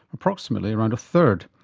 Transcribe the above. approximately around a third.